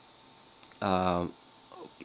um